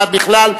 ועד בכלל,